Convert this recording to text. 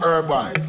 Urban